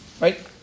Right